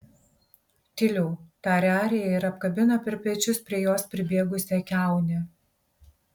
tyliau tarė arija ir apkabino per pečius prie jos pribėgusią kiaunę